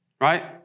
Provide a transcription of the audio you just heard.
right